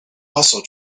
also